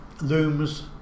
looms